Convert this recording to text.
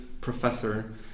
professor